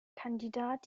kandidat